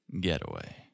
getaway